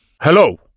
Hello